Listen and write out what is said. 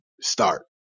start